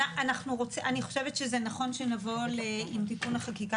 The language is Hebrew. אני חושבת שזה נכון שנבוא עם תיקון החקיקה